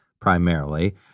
primarily